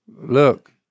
look